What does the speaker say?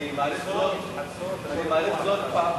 אני מעריך מאוד,